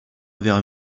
vers